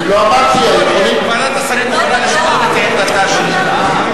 ועדת השרים יכולה לשקול את עמדתה שוב.